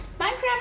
Minecraft